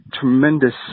tremendous